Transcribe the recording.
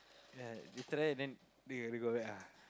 ya they try then go back ah